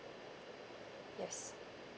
yes